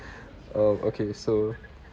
uh okay so